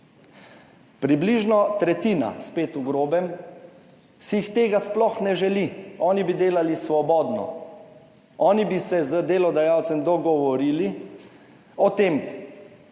Približno tretjina, spet v grobem si jih tega sploh ne želi, oni bi delali svobodno, oni bi se z delodajalcem dogovorili o tem,